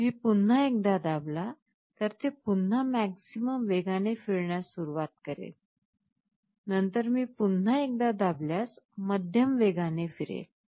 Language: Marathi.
मी पुन्हा एकदा दाबाला तर ते पुन्हा मॅक्सिमम वेगाने फिरण्यास सुरवात करेल नंतर मी पुन्हा एकदा दाबल्यास मध्यम वेगाने फिरेल